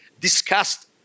discussed